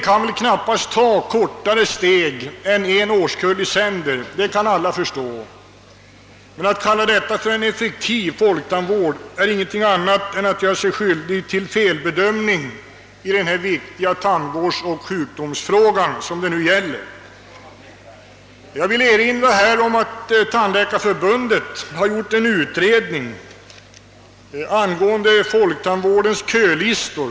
Att regeringen knappast kan ta kortare steg än en årskull i sänder förstår alla. Men om man kallar detta för en effektiv folktandvård gör man sig helt enkelt skyldig till en felbedömning när det gäller denna viktiga tandvårdsfråga. Detta bevisas av en utredning som Sveriges tandläkarförbund gjort angående folktandvårdens kölistor.